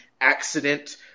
accident